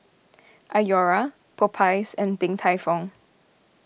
Iora Popeyes and Din Tai Fung